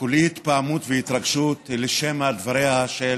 כולי התפעמות והתרגשות לשמע דבריה של